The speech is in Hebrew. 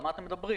על מה אתם מדברים?